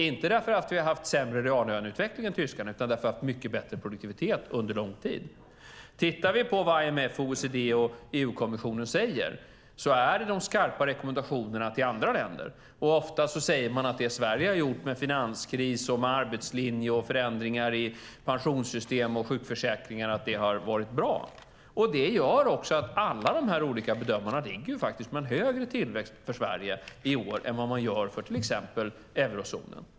Det är inte för att vi har haft en sämre reallöneutveckling än tyskarna utan därför att vi har haft en mycket bättre produktivitet under lång tid. Om vi ser på vad IMF, OECD och EU-kommissionen säger är det fråga om skarpare rekommendationer till andra länder. Ofta säger man att vad Sverige har gjort med finanskris, arbetslinje, förändringar i pensionssystem och sjukförsäkringar har varit bra. Det gör att alla de olika bedömarna har lagt sig på en högre tillväxt för Sverige i år än för till exempel eurozonen.